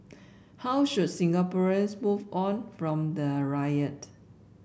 how should Singaporeans move on from the riot